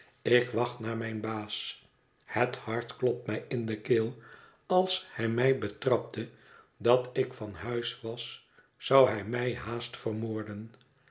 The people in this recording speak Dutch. ik wacht naar mijn baas het hart klopt mij in de keel als hij mij betrapte dat ik van huis was zou hij mij haast vermoorden